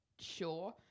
Sure